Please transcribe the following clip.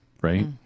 Right